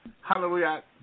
hallelujah